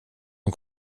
hon